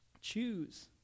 choose